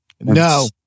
No